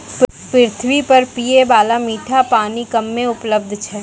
पृथ्वी पर पियै बाला मीठा पानी कम्मे उपलब्ध छै